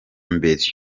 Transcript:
mbere